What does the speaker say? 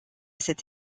cette